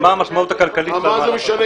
הישיבה ננעלה בשעה